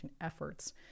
efforts